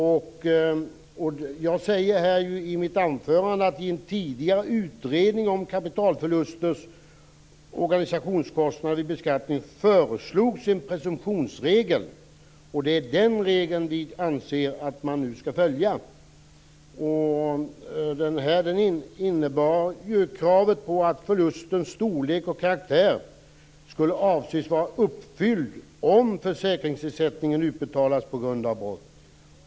I mitt anförande sade jag att det i en tidigare utredning om kapitalförlusters organisationskostnader i beskattningen föreslogs en presumtionsregel. Det är den regeln som vi anser att man nu skall följa. Den innebär att kravet på att förlustens storlek och karaktär skall avses vara uppfyllt om försäkringsersättningen utbetalas på grund av brott.